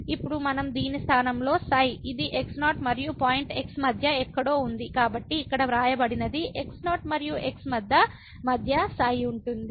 ఇప్పుడు మనం దీని స్థానంలో ξ ఇది x 0 మరియు పాయింట్ x మధ్య ఎక్కడో ఉంది కాబట్టి ఇక్కడ వ్రాయబడినది x0 మరియు x మధ్య ξ ఉంటుంది